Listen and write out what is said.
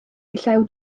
llew